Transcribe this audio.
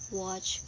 watch